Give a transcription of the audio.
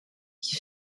qui